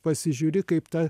pasižiūri kaip ta